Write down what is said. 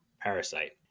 Parasite